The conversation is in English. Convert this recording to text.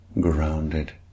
grounded